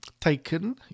taken